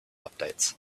updates